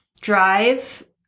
drive